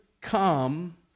come